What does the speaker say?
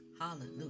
Hallelujah